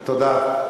תודה.